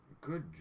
good